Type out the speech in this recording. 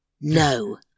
No